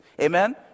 Amen